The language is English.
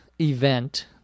event